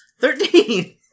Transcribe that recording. Thirteen